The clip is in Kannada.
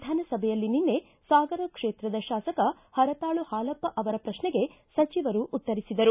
ವಿಧಾನಸಭೆಯಲ್ಲಿ ನಿನ್ನೆ ಸಾಗರ ಕ್ಷೇತ್ರದ ಶಾಸಕ ಹರತಾಳು ಹಾಲಪ್ಪ ಅವರ ಪ್ರಕ್ಷೆಗೆ ಸಚಿವರು ಉತ್ತರಿಸಿದರು